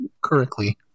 correctly